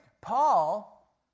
Paul